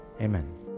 amen